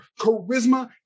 Charisma